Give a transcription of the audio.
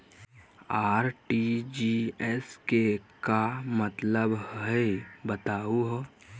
RTGS के का मतलब हई, बताहु हो?